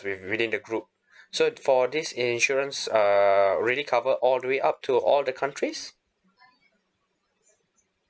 within the group so for this insurance uh really cover all the way up to all the countries